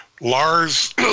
Lars